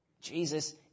Jesus